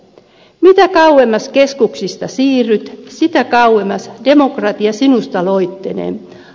mitä kauemmas keskuksista siirryt sitä kauemmas demokratia sinusta loittonee